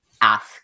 ask